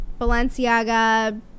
Balenciaga